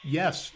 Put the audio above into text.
yes